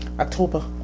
October